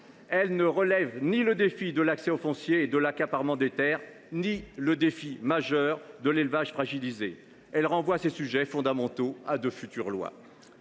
Il ne relève ni le défi de l’accès au foncier et de l’accaparement des terres ni celui, pourtant majeur, de l’élevage, qui est fragilisé. Il renvoie ces sujets fondamentaux à de futures lois.